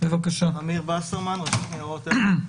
אני מרשות ניירות ערך.